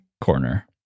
Corner